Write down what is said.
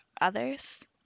others